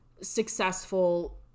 successful